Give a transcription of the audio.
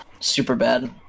Superbad